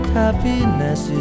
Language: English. happiness